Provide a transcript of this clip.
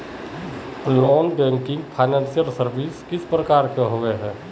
Non banking financial services किस प्रकार के होबे है?